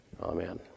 amen